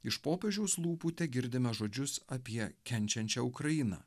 iš popiežiaus lūpų tegirdime žodžius apie kenčiančią ukrainą